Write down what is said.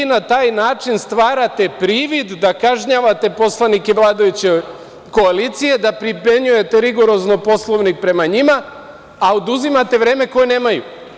Vi na taj način stvarate privid da kažnjavate poslanike vladajuće koalicije, da primenjujete rigorozno Poslovnik prema njima, a oduzimate vreme koje nemaju.